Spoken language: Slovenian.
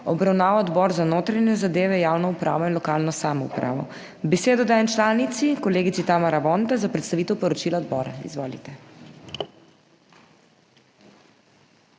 obravnaval Odbor za notranje zadeve, javno upravo in lokalno samoupravo. Besedo dajem članici kolegici Tamara Vonta za predstavitev poročila odbora. Izvolite.